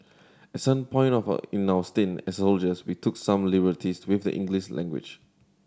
at some point of in our stint as soldiers we took some liberties with the English language